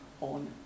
on